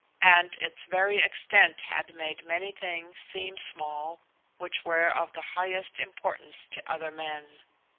and its very extent had made many things seem small which were of the highest importance to other men.